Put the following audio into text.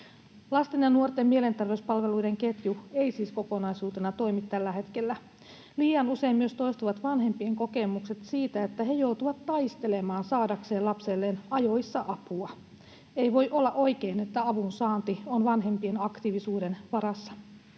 Lasten ja nuorten mielenterveyspalveluiden ketju ei siis kokonaisuutena toimi tällä hetkellä. Liian usein myös toistuvat vanhempien kokemukset siitä, että he joutuvat taistelemaan saadakseen lapselleen ajoissa apua. Ei voi olla oikein, että avunsaanti on vanhempien aktiivisuuden varassa.